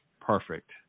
perfect